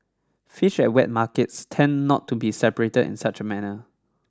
fish at wet markets tend not to be separated in such a manner